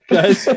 Guys